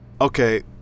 Okay